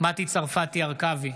מטי צרפתי הרכבי,